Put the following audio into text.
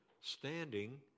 standing